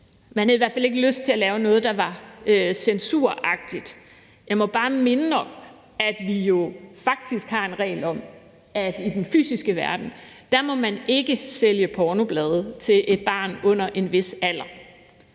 at man i hvert fald ikke havde lyst til at lave noget, der var censuragtigt. Jeg må bare minde om, at vi jo faktisk har en regel om, at i den fysiske verden må man ikke sælge pornoblade til et barn under en vis alder.